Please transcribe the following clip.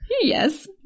Yes